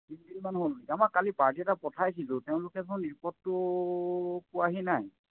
তিনিদিনমান হ'ল নেকি আমাৰ কালি পাৰ্টি এটা পঠাইছিলোঁ তেওঁলোকে দেখোন ৰিপৰ্টটো পোৱাহি নাই